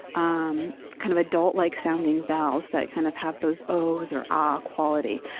um kind of adult-like sounding vowels that kind of have those ohs or ah quality.